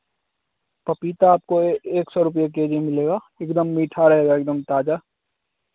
पपीता आपको एक सौ रुपिया के जी मिलेगा इस बार मीठा रहेगा एक दम ताज़ा